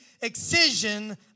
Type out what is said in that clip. excision